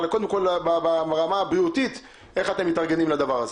אבל קודם כל ברמה הבריאותית איך אתם מתארגנים לדבר הזה?